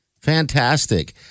Fantastic